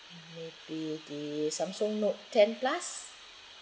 maybe be Samsung note ten plus